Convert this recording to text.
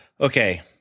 Okay